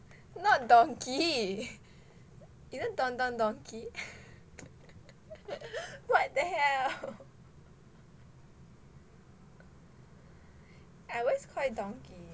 not donkey isn't Don Don Donki what the hell I always call it Donki